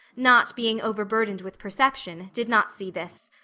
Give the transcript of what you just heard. not being overburdened with perception, did not see this.